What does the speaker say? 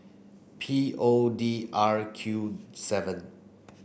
P O D R Q seven